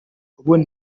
ubundi